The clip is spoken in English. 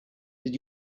did